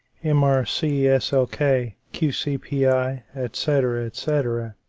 m. r. c. s. l. k. q. c. p. i, etc, etc,